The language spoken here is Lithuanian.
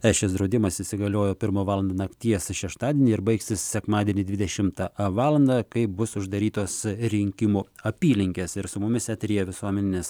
šis draudimas įsigaliojo pirmą valandą nakties šeštadienį ir baigsis sekmadienį dvidešimtą valandą kai bus uždarytos rinkimų apylinkės ir su mumis eteryje visuomeninės